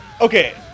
Okay